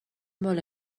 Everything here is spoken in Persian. بالا